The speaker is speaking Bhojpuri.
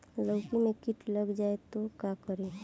लौकी मे किट लग जाए तो का करी?